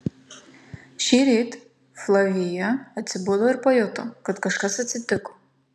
šįryt flavija atsibudo ir pajuto kad kažkas atsitiko